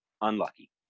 unlucky